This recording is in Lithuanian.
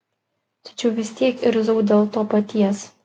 tačiau vis tiek irzau dėl to paties